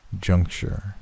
juncture